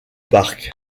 parc